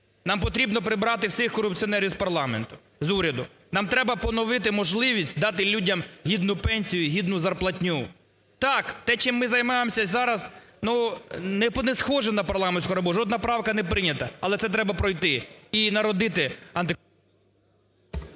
Нам потрібно прибрати всіх корупціонерів з парламенту, з уряду. Нам треба поновити можливість дати людям гідну пенсію, гідну зарплатню. Так, те, чим ми займаємося зараз, ну, не схоже на парламентську роботу, жодна правка не прийнята. Але це треба пройти і народити… ГОЛОВУЮЧИЙ.